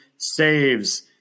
saves